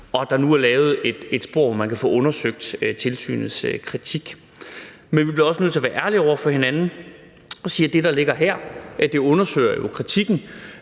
at der nu er lavet et spor, hvor man kan få undersøgt tilsynets kritik. Men vi bliver også nødt til at være ærlige over for hinanden og sige, at det, der ligger her, jo undersøger kritikken,